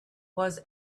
was